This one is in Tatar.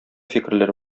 фикерләр